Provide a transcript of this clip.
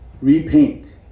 repaint